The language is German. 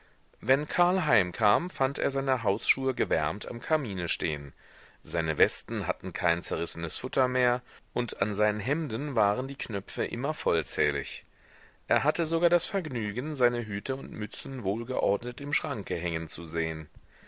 wenn karl heimkam fand er seine hausschuhe gewärmt am kamine stehen seine westen hatten kein zerrissenes futter mehr und an seinen hemden waren die knöpfe immer vollzählig er hatte sogar das vergnügen seine hüte und mützen wohlgeordnet im schranke hängen zu sehen